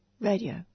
radio